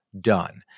done